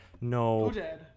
No